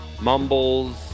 Mumbles